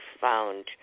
found